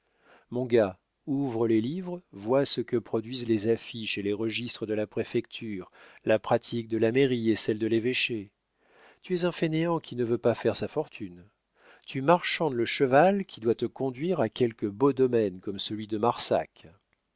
mon gars ouvre les livres vois ce que produisent les affiches et les registres de la préfecture la pratique de la mairie et celle de l'évêché tu es un fainéant qui ne veut pas faire sa fortune tu marchandes le cheval qui doit te conduire à quelque beau domaine comme celui de marsac